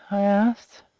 i asked.